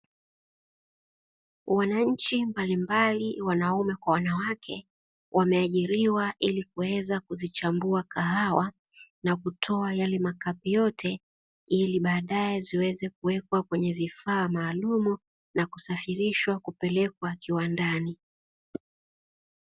Wananchi mbalimbali wanaume kwa wanawake wameajiriwa ili kuweza kuzichambua kahawa na kutoa yale makapi yote, ili baadae ziweze kuwekwa kwenye vifaa maalum na kusafirishwa kupelekwa kiwandani.